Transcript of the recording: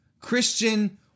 Christian